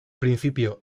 principio